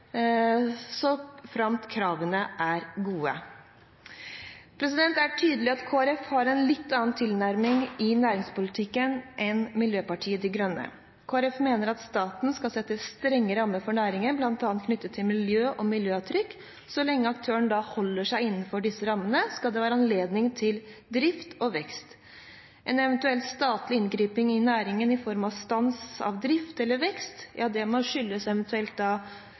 så framt kravene er gode. Det er tydelig at Kristelig Folkeparti har en litt annen tilnærming i næringspolitikken enn Miljøpartiet De Grønne. Kristelig Folkeparti mener at staten skal sette strenge rammer for næringen, bl.a. knyttet til miljø- og klimaavtrykk. Så lenge aktørene holder seg innenfor disse rammene, skal det være anledning til drift og vekst. En eventuell statlig inngripen i næringen i form av stans av drift eller vekst, må skyldes